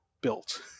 built